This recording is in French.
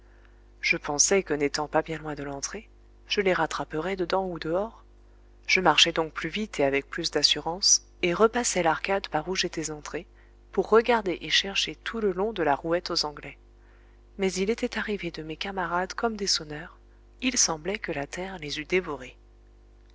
je pensai que n'étant pas bien loin de l'entrée je les rattraperais dedans ou dehors je marchai donc plus vite et avec plus d'assurance et repassai l'arcade par où j'étais entré pour regarder et chercher tout le long de la rouette aux anglais mais il était arrivé de mes camarades comme des sonneurs il semblait que la terre les eût dévorés